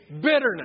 bitterness